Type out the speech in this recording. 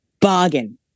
Bargain